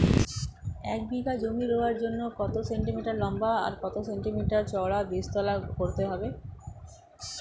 এক বিঘা জমি রোয়ার জন্য কত সেন্টিমিটার লম্বা আর কত সেন্টিমিটার চওড়া বীজতলা করতে হবে?